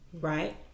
right